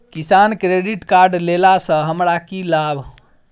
किसान credit card लेला सऽ हमरा की लाभ?